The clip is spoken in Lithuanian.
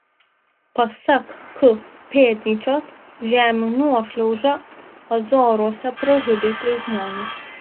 pasak k pėdnyčios žemių nuošliauža azoruose pražudė tris žmones